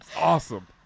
Awesome